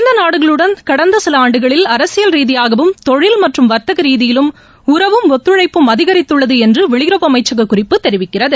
இந்த நாடுகளுடன் கடந்த சில ஆண்டுகளில் அரசியல் ரீதியாகவும் தொழில் மற்றும் வாத்தக ரீதியிலும் உறவும் ஒத்துழைப்பும் அதிகித்துள்ளது என்று வெளியுறவு அமைச்சக குறிப்பு தெரிவிக்கிறது